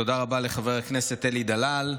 תודה רבה לחבר הכנסת אלי דלל.